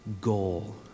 goal